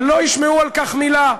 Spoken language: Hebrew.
אבל לא ישמעו על כך מילה.